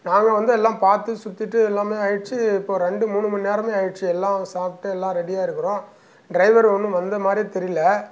நாங்கள் வந்து எல்லாம் பார்த்து சுற்றிட்டு எல்லாமே ஆகிருச்சி இப்போது ரெண்டு மூணு மணி நேரமே ஆகிருச்சி எல்லாம் சாப்பிட்டு எல்லாம் ரெடியாருக்கிறோம் டிரைவர் இன்னும் வந்த மாதிரியே தெரியல